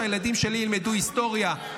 כשהילדים שלי ילמדו היסטוריה,